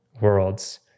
worlds